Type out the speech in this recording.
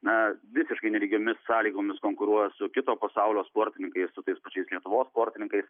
na visiškai nelygiomis sąlygomis konkuruoja su kito pasaulio sportininkais su tais pačiais lietuvos sportininkais